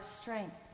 strength